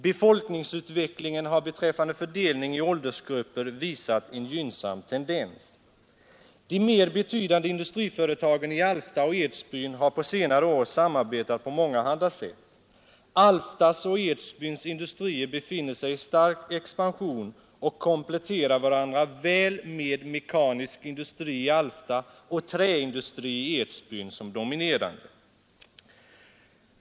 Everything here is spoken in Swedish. Befolkningsutvecklingen har beträffande fördelningen i åldersgrupper haft en gynnsam tendens. De mera betydande industriföretagen i Alfta och Edsbyn har på senare år samarbetat på mångahanda sätt. Alftas och Edsbyns industrier befinner sig i stark expansion och kompletterar varandra väl med mekanisk industri i Alfta och träindustri i Edsbyn som dominerande.